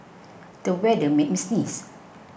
the weather made me sneeze